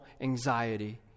anxiety